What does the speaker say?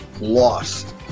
lost